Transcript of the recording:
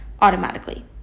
automatically